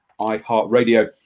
iHeartRadio